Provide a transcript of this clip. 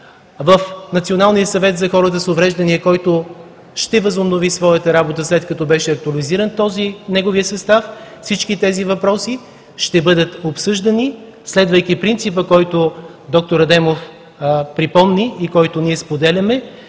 с Националния съвет за хората с увреждания, който ще възобнови своята работа, след като беше актуализиран неговият състав. Всички тези въпроси ще бъдат обсъждани, следвайки принципа, който доктор Адемов припомни и, който ние споделяме